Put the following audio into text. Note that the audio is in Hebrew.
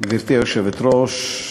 גברתי היושבת-ראש,